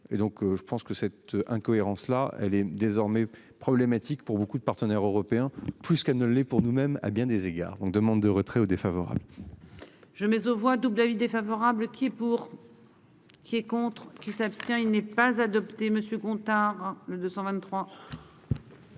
je pense que cette incohérence, là elle est désormais problématique pour beaucoup de partenaires européens puisqu'elle ne l'est pour nous même à bien des égards donc demande de retrait ou défavorable. Je mets aux voix double avis défavorable qui pour. Qui est contre qui s'abstient. Il n'est pas adopté Monsieur Gontard le 223.